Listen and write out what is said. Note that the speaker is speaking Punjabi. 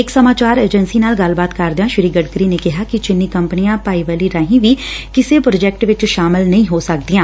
ਇਕ ਸਮਾਚਾਰ ਏਜੰਸੀ ਨਾਲ ਗੱਲਬਾਤ ਕਰਦਿਆਂ ਸ੍ਰੀ ਗਡਕਰੀ ਨੇ ਕਿਹਾ ਕਿ ਚੀਨੀ ਕੰਪਨੀਆਂ ਭਾਈਵਾਲੀ ਰਾਹੀਂ ਵੀ ਕਿਸੇ ਪ੍ਰੋਜੈਕਟ ਵਿਚ ਸ਼ਾਮਲ ਨਹੀਂ ਹੋ ਸਕਦੀਆਂ